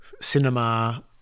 cinema